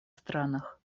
странах